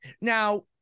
Now